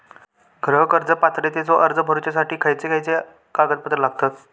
गृह कर्ज पात्रतेचो अर्ज भरुच्यासाठी खयचे खयचे कागदपत्र लागतत?